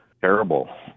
terrible